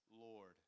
Lord